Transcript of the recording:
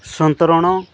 ସନ୍ତରଣ